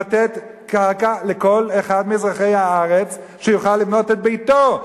לתת קרקע לכל אחד מאזרחי הארץ שיוכל לבנות את ביתו,